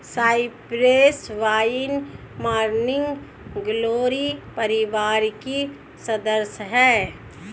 Cyprus vine morning glory परिवार की सदस्य हैं